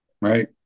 right